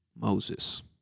Moses